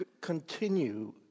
continue